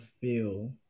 feel